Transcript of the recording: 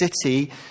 city